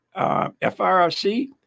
FRRC